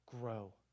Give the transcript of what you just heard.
grow